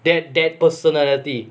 that that personality